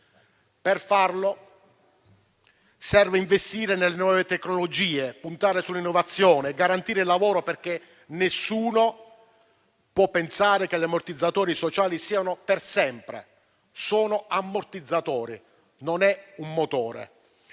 Per farlo occorre investire nelle nuove tecnologie, puntare sull'innovazione e garantire il lavoro, perché nessuno può pensare che gli ammortizzatori sociali siano per sempre: sono ammortizzatori, non un motore.